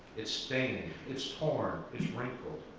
it's stained, it's torn, it's wrinkled,